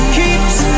keeps